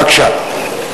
בבקשה.